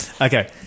Okay